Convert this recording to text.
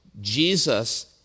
Jesus